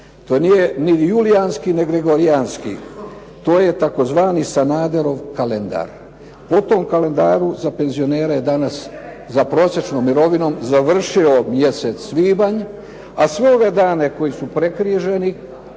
to nije ni julijanski ni gregorijanski, to je tzv. Sanaderov kalendar. Po tom kalendaru za penzionere danas sa prosječnom mirovinom završio mjesec svibanj a sve ove dane koji su prekriženi,